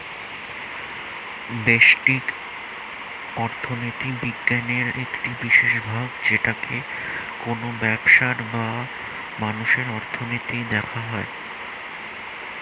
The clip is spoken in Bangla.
ব্যষ্টিক অর্থনীতি বিজ্ঞানের একটি বিশেষ ভাগ যেটাতে কোনো ব্যবসার বা মানুষের অর্থনীতি দেখা হয়